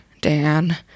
Dan